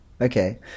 Okay